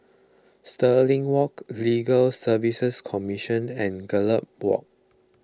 Stirling Walk Legal Service Commission and Gallop Walk